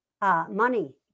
Money